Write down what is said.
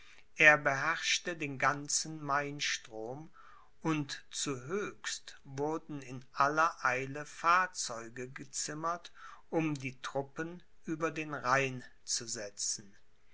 er beherrschte den ganzen mainstrom und zu höchst wurden in aller eile fahrzeuge gezimmert um die truppen über den rhein zu setzen